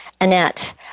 Annette